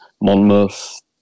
Monmouth